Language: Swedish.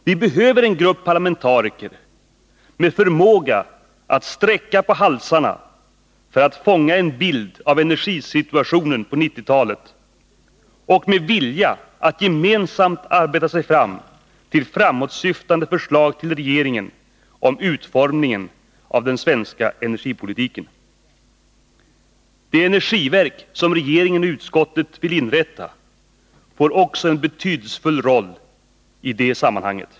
Vi behöver en grupp parlamentariker med förmåga att sträcka på halsarna för att fånga en bild av energisituationen på 1990-talet och med vilja att gemensamt arbeta sig fram till framåtsyftande förslag till regeringen om utformningen av den svenska energipolitiken. Det energiverk som regeringen och utskottet vill inrätta får också en betydelsefull roll i det sammanhanget.